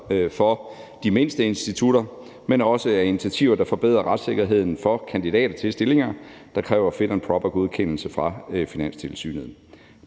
for de mindste institutter, men også af initiativer, der forbedrer retssikkerheden for kandidater til stillinger, der kræver fit and proper-godkendelse fra Finanstilsynet.